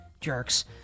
Jerks